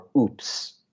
oops